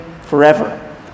forever